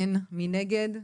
אין נגד,